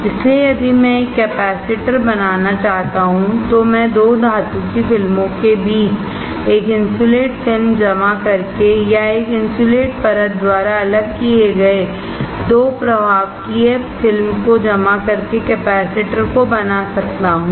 इसलिए यदि मैं कैपेसिटर बनाना चाहता हूं तो मैं 2 धातु की फिल्मों के बीच एक इन्सुलेट फिल्म जमा करके या एक इन्सुलेट परत द्वारा अलग किए गए 2 प्रवाहकीय फिल्म को जमा करके कैपेसिटर को बना सकता हूं